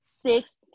six